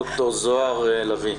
ד"ר זהר לביא,